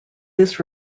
this